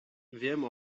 wiem